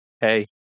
hey